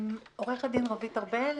עו"ד רוית ארבל.